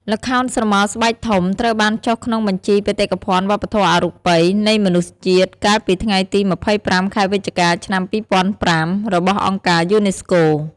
ល្ខោនស្រមោលស្បែកធំ ត្រូវបានចុះក្នុងបញ្ជីបេតិកភណ្ឌវប្បធម៌អរូបី នៃមនុស្សជាតិ កាលពីថ្ងៃទី២៥ ខែវិច្ឆិកា ឆ្នាំ២០០៥ របស់អង្គការយូណេស្កូ។